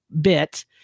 bit